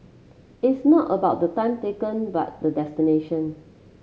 it's not about the time taken but the destination